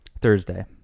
Thursday